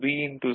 C A